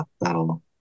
that'll